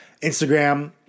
Instagram